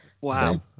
Wow